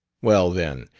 well, then,